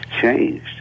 changed